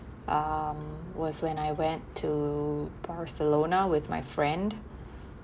um was when I went to barcelona with my friend